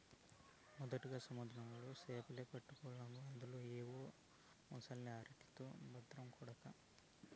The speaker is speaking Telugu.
మొదటగా సముద్రంలో సేపలే పట్టకెల్తాండావు అందులో ఏవో మొలసకెల్ని ఆటితో బద్రం కొడకా